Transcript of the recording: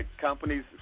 companies